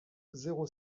zéro